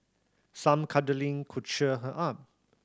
some cuddling could cheer her up